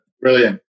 Brilliant